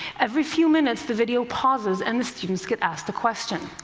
every few minutes, the video pauses and the students get asked a question.